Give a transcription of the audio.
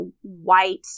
white